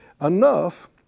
enough